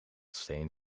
steen